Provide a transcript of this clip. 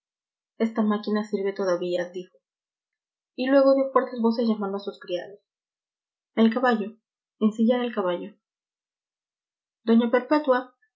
esta máquina sirve todavía dijo y luego dio fuertes voces llamando a sus criados el caballo ensillar el caballo doña perpetua